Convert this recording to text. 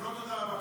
גם לו תודה רבה.